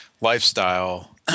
lifestyle